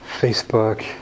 Facebook